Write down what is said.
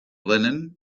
linen